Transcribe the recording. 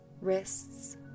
Wrists